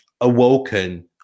awoken